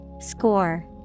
Score